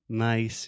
mas